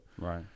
right